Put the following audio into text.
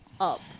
up